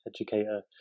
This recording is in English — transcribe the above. educator